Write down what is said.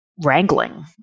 wrangling